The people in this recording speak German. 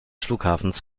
flughafens